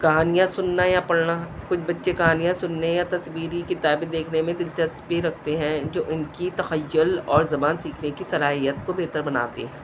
کہانیاں سننا یا پڑھنا کچھ بچے کہانیاں سننے یا تصویری کتابیں دیکھنے میں دلچسپی رکھتے ہیں جو ان کی تحیل اور زبان سیکھنے کی صلاحیت کو بہتر بناتے ہیں